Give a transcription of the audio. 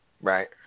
Right